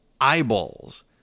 Eyeballs